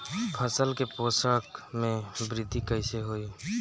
फसल के पोषक में वृद्धि कइसे होई?